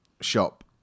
shop